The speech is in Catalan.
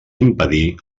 impedir